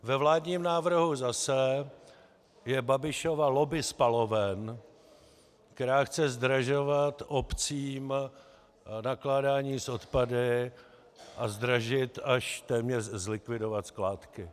Ve vládním návrhu zase je Babišova lobby spaloven, která chce zdražovat obcím nakládání s odpady a zdražit, až téměř zlikvidovat skládky.